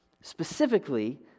Specifically